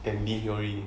and lee hyori